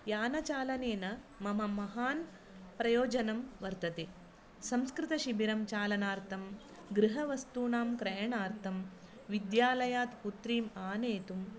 यानचालनेन मम महान् प्रयोजनं वर्तते संस्कृतशिबिरं चालनार्थं गृहवस्तूनां क्रयाणर्थं विद्यालयात् पुत्रीम् आनेतुं